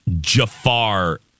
Jafar